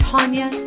Tanya